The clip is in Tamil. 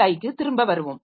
ஐ க்கு திரும்ப வருவோம்